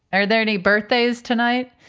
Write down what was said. are there any birthdays tonight?